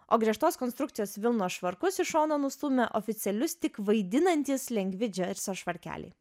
o griežtos konstrukcijos vilnos švarkus į šoną nustūmė oficialius tik vaidinantys lengvi džersio švarkeliai